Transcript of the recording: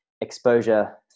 exposure